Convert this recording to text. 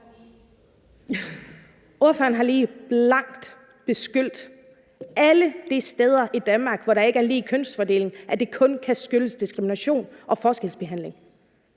Ordføreren har lige blankt beskyldt alle de steder i Danmark, hvor der ikke er lige kønsfordeling, at det kun kan skyldes diskrimination og forskelsbehandling